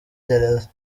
gereza